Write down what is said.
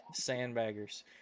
sandbaggers